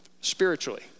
Spiritually